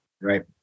Right